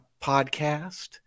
podcast